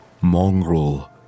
mongrel